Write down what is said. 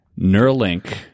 Neuralink